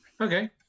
okay